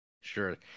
Sure